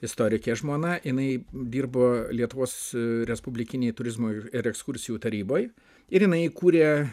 istorikė žmona jinai dirbo lietuvos respublikinėj turizmo ir ekskursijų taryboj ir jinai įkūrė